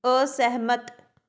ਅਸਹਿਮਤ